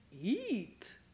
eat